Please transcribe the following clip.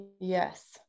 Yes